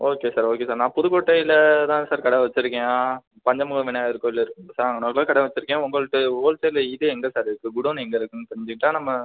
okay sir okay sir நான் புதுக்கோட்டையில் தான் சார் கடை வச்சிருக்கேன் பஞ்சமுக விநாயகர் கோவில் இருக்கில்ல சார் அங்கே நடுவில் கடை வச்சிருக்கேன் உங்களுக்கு ஹோல்சேல் இது எங்கே சார் இருக்குது குடவுன் எங்கே இருக்குதுன்னு தெரிஞ்சிக்கிட்டால் நம்ம